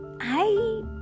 I